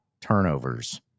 turnovers